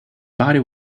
body